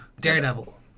Daredevil